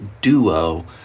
duo